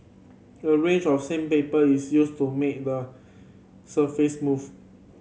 a range of sandpaper is used to make the surface smooth